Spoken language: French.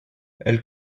elle